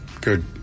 good